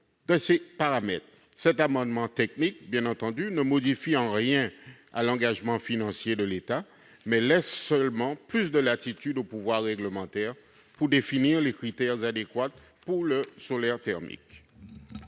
de ces paramètres. Cet amendement technique ne tend nullement à modifier l'engagement financier de l'État. Il vise seulement à laisser plus de latitude au pouvoir réglementaire pour définir les critères adéquats pour le solaire thermique.